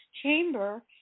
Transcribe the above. chamber